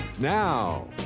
Now